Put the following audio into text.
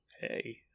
Hey